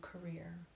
career